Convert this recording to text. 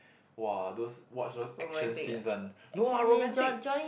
!wah! those watch those action scenes one no lah romantic